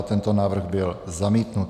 Tento návrh byl zamítnut.